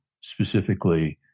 specifically